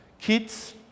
kids